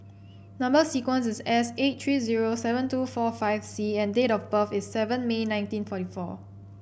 number sequence is S eight three zero seven two four five C and date of birth is seven May nineteen forty four